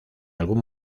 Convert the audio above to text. algún